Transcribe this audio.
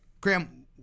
Graham